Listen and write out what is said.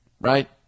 Right